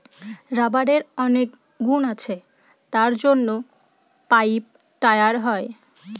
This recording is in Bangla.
রাবারের অনেক গুণ আছে তার জন্য পাইপ, টায়ার হয়